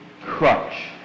crutch